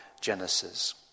Genesis